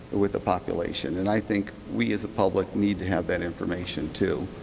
with the population? and i think we, as a public, need to have that information too,